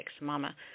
Mama